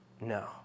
no